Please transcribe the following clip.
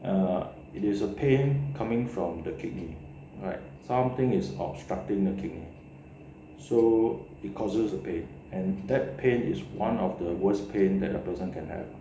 err it is a pain coming from the kidney like something is obstructing the kidney so it causes the pain and that pain is one of the worst pain that a person can have